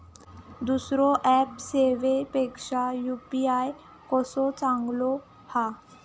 दुसरो ऍप सेवेपेक्षा यू.पी.आय कसो चांगलो हा?